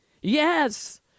Yes